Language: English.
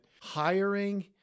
hiring